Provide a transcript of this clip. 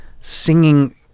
singing